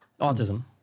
Autism